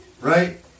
right